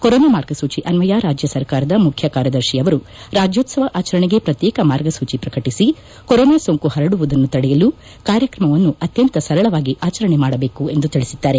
corona ಮಾರ್ಗ ಸೂಚಿ ಅನ್ವಯ ರಾಜ್ಯ ಸರ್ಕಾರದ ಮುಖ್ಯ ಕಾರ್ಯದರ್ಶಿ ಅವರು ರಾಜ್ಯೋತ್ಸವ ಆಚರಣೆಗೆ ಪ್ರತ್ಯೇಕ ಮಾರ್ಗಸೂಚಿ ಪ್ರಕಟಿಸಿ ಕೊರೊನಾ ಸೋಂಕು ಪರಡುವುದನ್ನು ತಡೆಯಲು ಕಾರ್ಯಕ್ರಮವನ್ನು ಅತ್ಯಂತ ಸರಳವಾಗಿ ಆಚರಣೆ ಮಾಡಬೇಕು ಎಂದು ತಿಳಿಸಿದ್ದಾರೆ